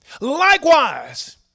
likewise